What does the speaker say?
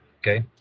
Okay